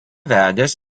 vedęs